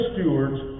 stewards